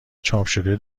چاپشده